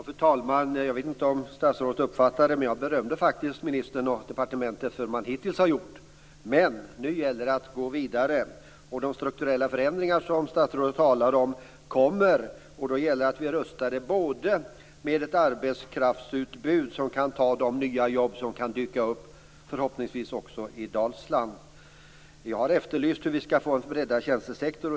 Fru talman! Jag vet inte om statsrådet uppfattade det, men jag berömde faktiskt ministern och departementet för det som man hittills har gjort. Men nu gäller det att gå vidare. De strukturella förändringar som statsrådet talade om kommer, och då gäller det att vi är rustade med ett arbetskraftsutbud som kan ta de nya jobb som förhoppningsvis också kan dyka upp i Dalsland. Jag har efterlyst hur vi skall få en breddad tjänstesektor.